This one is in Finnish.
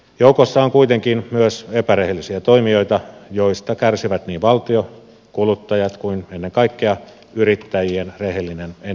joukossa on kuitenkin myös epärehellisiä toimijoita joista kärsivät niin valtio kuluttajat kuin ennen kaikkea yrittäjien rehellinen enemmistö